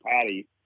Patty